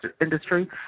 industry